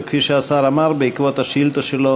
וכפי שהשר אמר, בעקבות השאילתה שלו